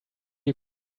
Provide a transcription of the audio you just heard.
you